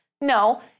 No